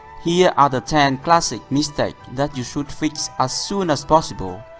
here are the ten classic mistakes that you should fix as soon as possible.